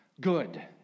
good